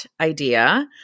idea